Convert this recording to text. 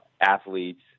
athletes